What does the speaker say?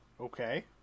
Okay